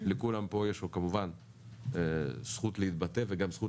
לכולם פה יש כמובן זכות להתבטא וזכות